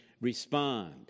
respond